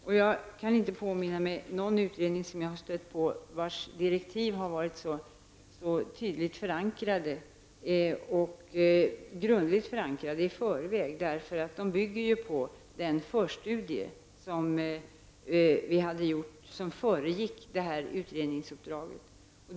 Och jag kan inte påminna mig att jag har stött på någon utredning, vars direktiv har varit så tydligt och grundligt förankrade i förväg eftersom de bygger på den förstudie som föregick utredningsuppdraget.